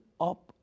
up